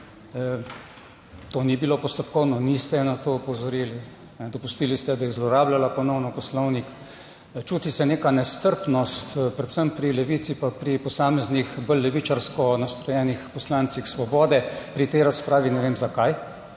to ni bilo postopkovno, niste je na to opozorili. Dopustili ste, da je zlorabljala ponovno Poslovnik. Čuti se neka nestrpnost predvsem pri Levici pa pri posameznih bolj levičarsko nastrojenih poslancih Svobode pri tej razpravi, ne vem zakaj.